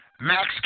Max